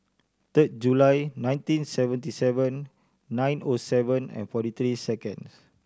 third July nineteen seventy seven nine O seven and forty three second